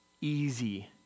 easy